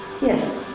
Yes